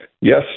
Yes